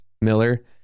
Miller